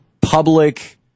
public